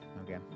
Okay